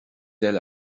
eile